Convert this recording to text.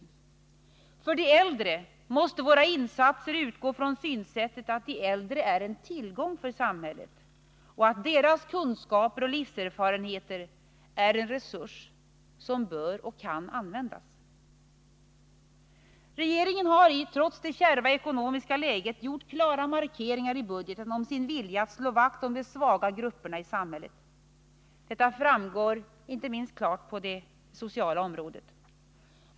När det gäller de äldre måste våra insatser utgå från synsättet att de äldre är en tillgång för samhället och att deras kunskaper och livserfarenheter är en resurs som bör och kan användas. Regeringen har trots det kärva ekonomiska läget gjort klara markeringar i budgeten om sin vilja att slå vakt om de svaga grupperna i samhället. Detta framgår klart inte minst på det sociala området.